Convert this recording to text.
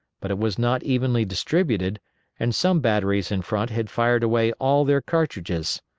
but it was not evenly distributed and some batteries in front had fired away all their cartridges.